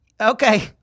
Okay